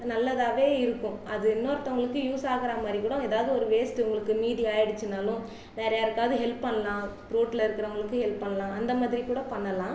நல்லதாகவே இருக்கும் அது இன்னொருத்தவங்களுக்கு யூஸ் ஆகிற மாதிரி கூட ஏதாவது வேஸ்ட் உங்களுக்கு மீதி ஆயிடிச்சுனாலும் வேறு யாருக்காவது ஹெல்ப் பண்ணலாம் ரோட்டில் இருக்கிறவங்களுக்கு ஹெல்ப் பண்ணலாம் அந்த மாதிரி கூட பண்ணலாம்